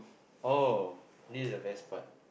oh this the best part